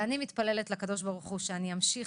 אני מתפללת לקדוש ברוך הוא שאני אמשיך